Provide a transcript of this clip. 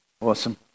Awesome